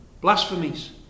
blasphemies